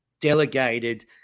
delegated